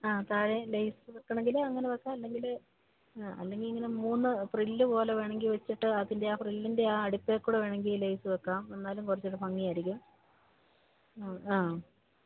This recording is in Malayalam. ആ താഴെ ലെയ്സ് വെയ്ക്കണമെങ്കില് അങ്ങനെ വെയ്ക്കാം അല്ലെങ്കില് അല്ലെങ്കില് ഇങ്ങനെ മൂന്ന് ഫ്രില് പോലെ വേണമെങ്കില് വെച്ചിട്ട് അതിൻ്റെ ആ ഫ്രില്ലിൻ്റെ ആ അടുത്തുകൂടെ വേണമെങ്കില് ലെയ്സ് വെയ്ക്കാം എന്നാലും കുറച്ചുകൂടെ ഭംഗിയായിരിക്കും അ ആ